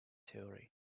theory